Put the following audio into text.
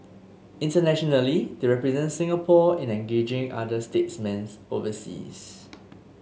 internationally they represent Singapore in engaging other statesmen overseas